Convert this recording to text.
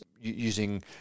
using